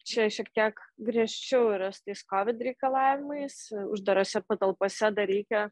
čia šiek tiek griežčiau yra su tais kovid reikalavimais uždarose patalpose dar reikia